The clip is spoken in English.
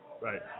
Right